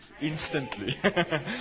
instantly